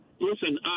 Listen